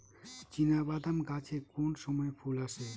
চিনাবাদাম গাছে কোন সময়ে ফুল আসে?